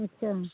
अच्छा